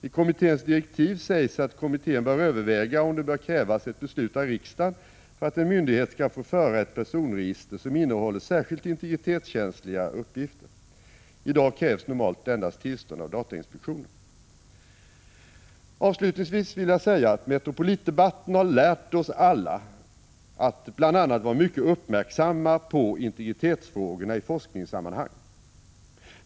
I kommitténs direktiv sägs att kommittén bör överväga om det bör krävas ett beslut av riksdagen för att en myndighet skall få föra ett personregister som innehåller särskilt integritetskänsliga uppgifter. I dag krävs normalt endast tillstånd av datainspektionen. Avslutningsvis vill jag säga att Metropolitdebatten har lärt oss alla att bl.a. vara mycket uppmärksamma på integritetsfrågorna i forskningssammanhang.